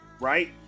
right